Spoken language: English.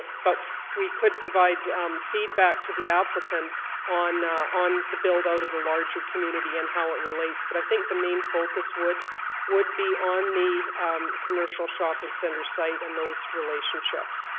but we could provide feedback to the applicant on on the build out of the larger community and how it relates. but i think the main focus would would be on the commercial shopping centre site, and those relationships.